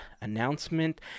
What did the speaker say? announcement